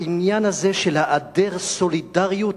העניין הזה של היעדר סולידריות,